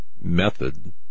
Method